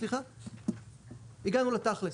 הגענו לתכלס,